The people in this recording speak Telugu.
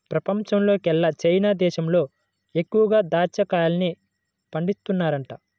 పెపంచంలోకెల్లా చైనా దేశంలో ఎక్కువగా దాచ్చా కాయల్ని పండిత్తన్నారంట